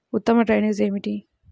ఉత్తమ డ్రైనేజ్ ఏమిటి?